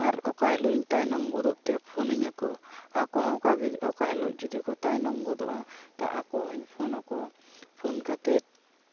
ᱟᱨ ᱚᱠᱟ ᱦᱤᱞᱳᱜ ᱤᱧ ᱛᱟᱭᱱᱚᱢ ᱜᱚᱫᱚᱜ ᱛᱮ ᱯᱷᱳᱱᱤᱧᱟ ᱠᱚ ᱟᱠᱚᱦᱚᱸ ᱚᱱᱠᱟᱜᱮ ᱚᱠᱟ ᱦᱤᱞᱳᱜ ᱡᱩᱫᱤ ᱠᱚ ᱛᱟᱭᱱᱚᱢ ᱜᱚᱫᱚᱜᱼᱟ ᱛᱳ ᱟᱠᱚ ᱦᱚᱸᱧ ᱯᱷᱳᱱ ᱟᱠᱚᱣᱟ ᱯᱷᱳᱱ ᱠᱟᱛᱮᱜ